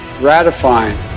Ratifying